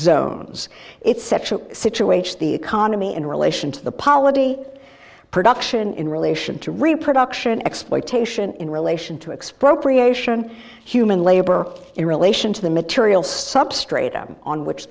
zones it sexual situations the economy in relation to the polity production in relation to reproduction exploitation in relation to expropriate sion human labor in relation to the material substratum on which